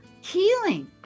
healing